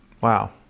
wow